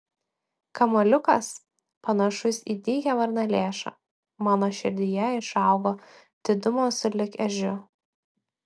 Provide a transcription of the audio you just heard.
kamuoliukas panašus į dygią varnalėšą mano širdyje išaugo didumo sulig ežiu